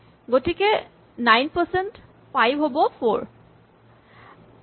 গতিকে ৯ পাৰচেন্ট ৫ হ'ব ৪